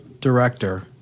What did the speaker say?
director